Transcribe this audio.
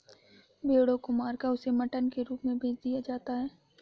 भेड़ों को मारकर उसे मटन के रूप में बेच दिया जाता है